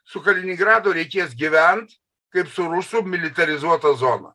su kaliningrado reikės gyvent kaip su rusų militarizuota zona